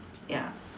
ya